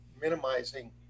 minimizing